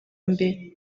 mbere